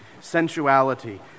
sensuality